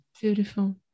beautiful